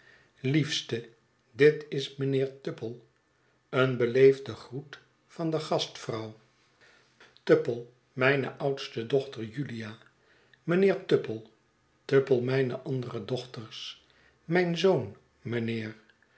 liefste dit is mijnheer tupple een beleefde groet van de gastvrouw tupple mijne oudste dochter julia mijnheer tupple tupple mijne andere dochters mijn zoon